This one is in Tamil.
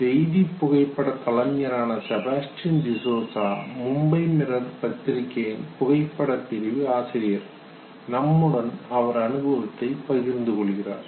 செய்தி புகைப்பட கலைஞரான Sebastian D'Souza Sebastian D'Souza Mumbai Mirror பத்திரிகையின் புகைப்படப் பிரிவு ஆசிரியர் நம்முடன் அவர் அனுபவத்தை பகிர்ந்து கொள்கிறார்